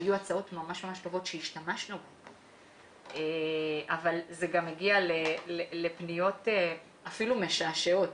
היו הצעות ממש טובות שהשתמשנו בהן אבל זה גם הגיע לפניות אפילו משעשעות